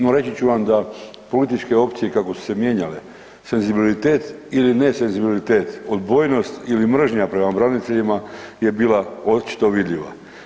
No reći ću vam da političke opcije kako su se mijenjale senzibilitet ili ne senzibilitet, odbojnost ili mržnja prema braniteljima je bila očito vidljiva.